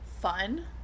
fun